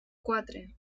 quatre